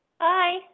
Hi